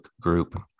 group